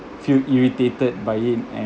feel irritated by it and